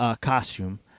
costume